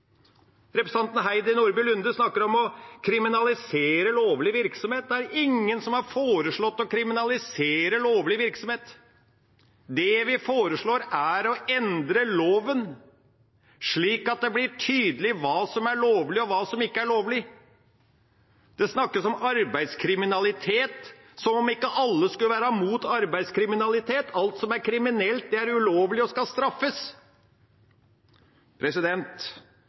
Representanten Heidi Nordby Lunde snakker om å kriminalisere lovlig virksomhet. Det er ingen som har foreslått å kriminalisere lovlig virksomhet. Det vi foreslår, er å endre loven slik at det blir tydelig hva som er lovlig, og hva som ikke er lovlig. Det snakkes om arbeidskriminalitet som om ikke alle skulle være mot arbeidskriminalitet. Alt som er kriminelt, er ulovlig og skal straffes.